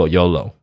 Yolo？